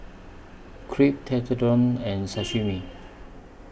Crepe Tekkadon and Sashimi